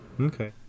Okay